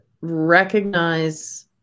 recognize